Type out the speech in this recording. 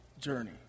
journey